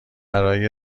برای